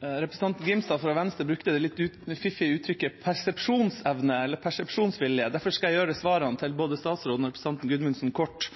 Representanten Grimstad fra Venstre brukte det litt fiffige uttrykket «persepsjonsvilje». Derfor skal jeg gjøre svarene til både statsråden og representanten Gudmundsen korte.